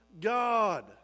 God